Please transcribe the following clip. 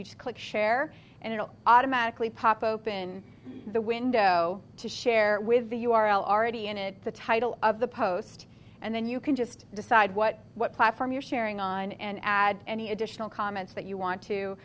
you just click share and it'll automatically pop open the window to share with the u r l already in it the title of the post and then you can just decide what what platform you're sharing on and add any additional comments that you want to